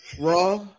raw